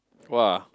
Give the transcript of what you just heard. !wah!